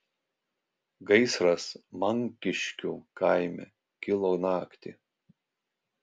gaisras mankiškių kaime kilo naktį